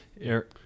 Eric